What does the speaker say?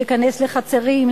להיכנס לחצרים,